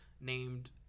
named